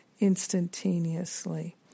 instantaneously